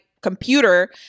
computer